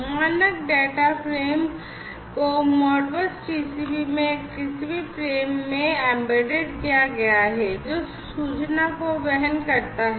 मानक data frame को Modbus TCP में एक टीसीपी फ्रेम में एम्बेड किया गया है जो सूचना को वहन करता है